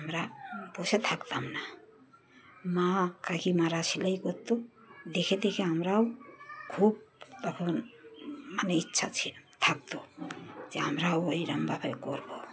আমরা বসে থাকতাম না মা কাকি মারা সেলাই করতো দেখে দেখে আমরাও খুব তখন মানে ইচ্ছা ছিল থাকতো যে আমরাও এইরম ভাবে করবো